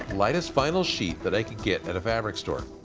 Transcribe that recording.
lightest vinyl sheet that i could get at a fabric store.